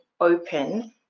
open